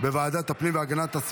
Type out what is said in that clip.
אוהד טל וקבוצת חברי הכנסת,